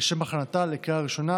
לשם הכנתה לקריאה הראשונה.